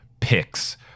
picks